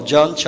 John